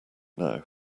now